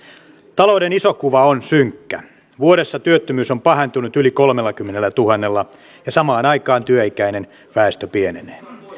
talouden iso kuva on synkkä vuodessa työttömyys on pahentunut yli kolmellakymmenellätuhannella ja samaan aikaan työikäinen väestö pienenee